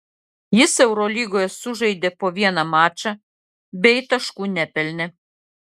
jis eurolygoje sužaidė po vieną mačą bei taškų nepelnė